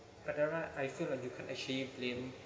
whatever I feel like you can actually blame